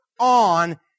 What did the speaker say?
on